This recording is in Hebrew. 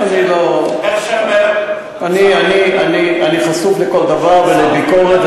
אני חשוף לכל דבר ולביקורת,